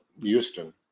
Houston